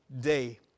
day